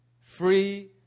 Free